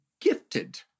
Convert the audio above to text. gifted